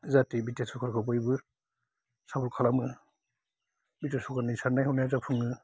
जाहाथे B T R सरकारखौ बयबो सापर्ट खालामो बि टि आर सरकारनि साननाय हनाया जाफुङो